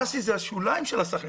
ה-האסי הוא השוליים של הסחנה,